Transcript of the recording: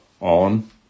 on